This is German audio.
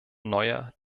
neuer